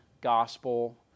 gospel